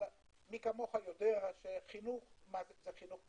אבל מי כמוך יודע, שחינוך זה חינוך גבוה?